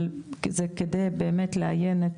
אבל זה כדי באמת לנהל את